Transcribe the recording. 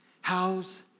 How's